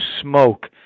smoke